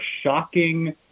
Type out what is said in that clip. shocking